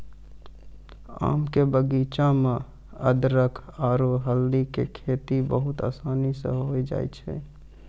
आम के बगीचा मॅ अदरख आरो हल्दी के खेती बहुत आसानी स होय जाय छै